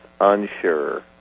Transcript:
unsure